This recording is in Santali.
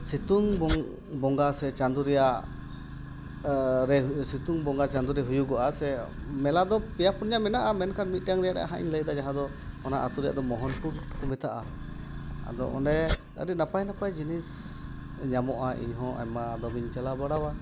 ᱥᱤᱛᱩᱝ ᱵᱚᱝ ᱵᱚᱸᱜᱟ ᱥᱮ ᱪᱟᱸᱫᱳ ᱨᱮᱭᱟᱜ ᱨᱮ ᱥᱤᱛᱩᱝ ᱵᱚᱸᱜᱟ ᱪᱟᱸᱫᱳᱨᱮ ᱦᱩᱭᱩᱜᱚᱜᱼᱟ ᱥᱮ ᱢᱮᱞᱟᱫᱚ ᱯᱮᱭᱟ ᱯᱩᱱᱭᱟ ᱢᱮᱱᱟᱜᱼᱟ ᱢᱮᱱᱠᱷᱟᱱ ᱢᱤᱫᱴᱟᱝ ᱨᱮᱭᱟᱜ ᱦᱟᱸᱜ ᱤᱧ ᱞᱟᱹᱭᱫᱟ ᱡᱟᱦᱟᱸ ᱫᱚ ᱚᱱᱟ ᱟᱹᱛᱩ ᱨᱮᱭᱟᱜ ᱫᱚ ᱢᱳᱦᱚᱱᱯᱩᱨ ᱠᱚ ᱢᱮᱛᱟᱜᱼᱟ ᱟᱫᱚ ᱚᱸᱰᱮ ᱟᱹᱰᱤ ᱱᱟᱯᱟᱭ ᱱᱟᱯᱟᱭ ᱡᱤᱱᱤᱥ ᱧᱟᱢᱚᱜᱼᱟ ᱤᱧᱦᱚᱸ ᱟᱭᱢᱟ ᱫᱚᱢᱤᱧ ᱪᱟᱞᱟᱣ ᱵᱟᱲᱟᱣᱟ